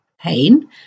pain